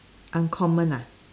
uncommon ah